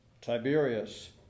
Tiberius